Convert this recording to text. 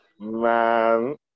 Man